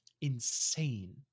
Insane